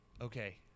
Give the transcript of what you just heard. Okay